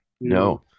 no